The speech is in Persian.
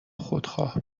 خودخواه